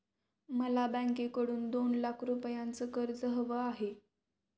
मला बँकेकडून दोन लाख रुपयांचं कर्ज हवं आहे